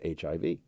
hiv